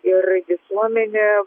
ir visuomenė